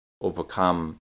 overcome